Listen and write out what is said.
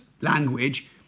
language